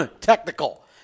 technical